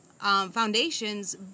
foundations